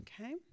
Okay